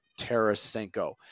Tarasenko